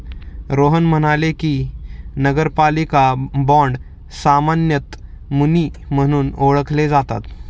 रोहन म्हणाले की, नगरपालिका बाँड सामान्यतः मुनी म्हणून ओळखले जातात